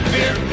Beer